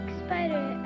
spider